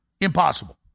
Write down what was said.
Impossible